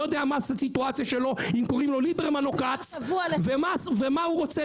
לא יודע אם קוראים לו ליברמן או כץ ומה הוא רוצה